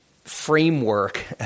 Framework